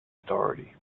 authority